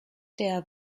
der